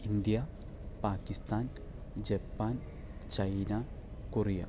India Pakistan Japan China Korea